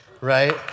right